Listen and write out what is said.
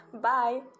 Bye